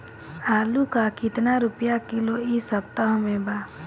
आलू का कितना रुपया किलो इह सपतह में बा?